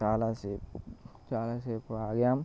చాలాసేపు చాలాసేపు ఆగాం